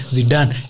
Zidane